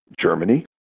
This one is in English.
Germany